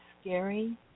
scary